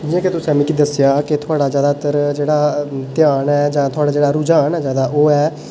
जि'यां कि तुसें मिगी दस्सेआ कि थुआढ़ा जैदातर जेह्ड़ा ध्यान ऐ जां थुआढ़ा रुझान ऐ जैदा ओह् ऐ